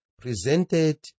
presented